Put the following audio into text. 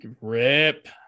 Rip